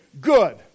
good